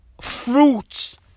fruits